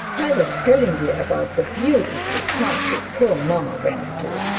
i was telling you about the beautiful party poor mamma went to.